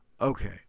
Okay